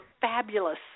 fabulous